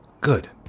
Good